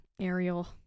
Ariel